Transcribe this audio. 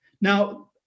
Now